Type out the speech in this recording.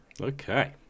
Okay